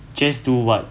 just do what